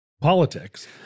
politics